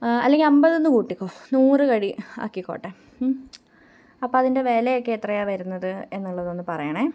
അല്ലെങ്കിൽ അൻപത് എന്ന് കൂട്ടിക്കോളൂ നൂറ് കടി ആക്കിക്കോട്ടെ അപ്പം അതിന്റെ വിലയക്കെ എത്രയാണ് വരുന്നത് എന്നുള്ളതൊന്ന് പറയണം